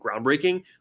groundbreaking